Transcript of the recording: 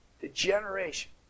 degeneration